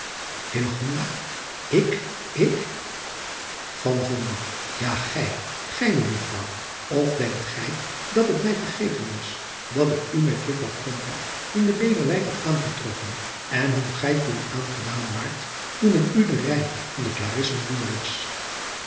a gij gij ejuffrouw of driaan oosjes zn et leven van illegonda uisman denkt gij dat het mij vergeten was dat ik u met uffrouw in de everwijk had aangetroffen en hoe gij toen aangedaan waart toen ik u den ei van de larissen voorlas